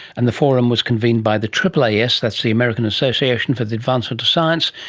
and the forum was convened by the aaas, that's the american association for the advancement of science,